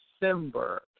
December